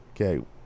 okay